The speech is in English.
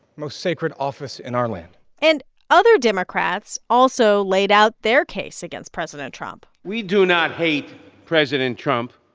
most sacred office in our land and other democrats also laid out their case against president trump we do not hate president trump,